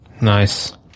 Nice